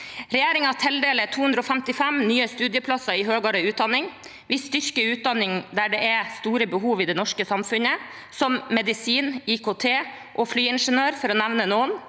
Regjeringen tildeler 255 nye studieplasser i høyere utdanning. Vi styrker utdanning der det er store behov i det norske samfunnet, som innen medisin, IKT og flyingeniørfag, for å nevne noen.